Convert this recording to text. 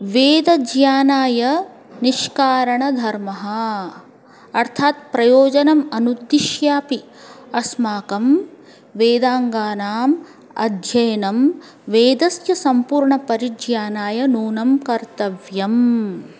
वेदज्ञानाय निष्कारणधर्मः अर्थात् प्रयोजनम् अनुत्तिष्यापि अस्माकं वेदाङ्गानाम् अध्ययनं वेदस्य सम्पूर्णं परिज्ञानाय नूनं कर्तव्यम्